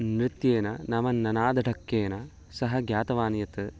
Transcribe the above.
नृत्येन नाम ननाद ढक्कया सः ज्ञातवान् यत्